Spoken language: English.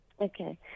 Okay